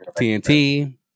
TNT